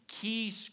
key